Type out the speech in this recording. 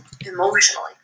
emotionally